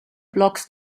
blocks